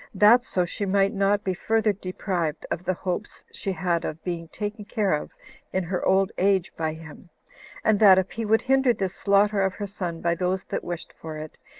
that so she might not be further deprived of the hopes she had of being taken care of in her old age by him and that if he would hinder this slaughter of her son by those that wished for it,